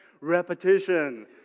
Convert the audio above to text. repetition